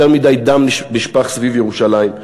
יותר מדי דם נשפך סביב ירושלים,